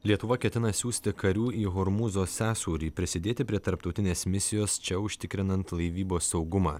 lietuva ketina siųsti karių į hormūzo sąsiaurį prisidėti prie tarptautinės misijos čia užtikrinant laivybos saugumą